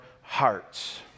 hearts